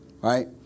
Right